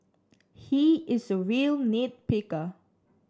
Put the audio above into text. he is a real nit picker